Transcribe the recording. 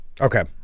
Okay